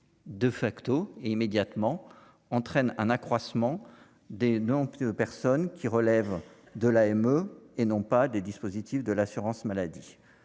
de facto, et immédiatement entraîne un accroissement des donc ces personnes qui relève de l'AME et non pas des dispositifs de l'assurance-maladie